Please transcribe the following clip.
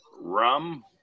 rum